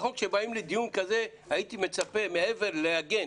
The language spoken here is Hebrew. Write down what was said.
כשבאים לדיון כזה הייתי מצפה מעבר ללהגן